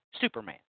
Superman